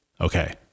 Okay